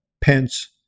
Pence